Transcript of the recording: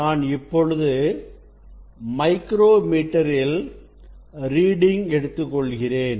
நான் இப்பொழுது மைக்ரோ மீட்டரில் ரீடிங் எடுத்துக்கொள்கிறேன்